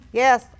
yes